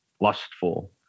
lustful